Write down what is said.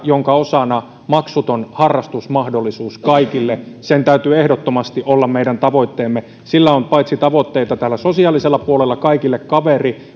jonka osana on maksuton harrastusmahdollisuus kaikille täytyy ehdottomasti olla meidän tavoitteemme sillä on tavoitteita paitsi sosiaalisella puolella kaikille kaveri